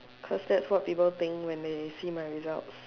cause that's what people think when they see my results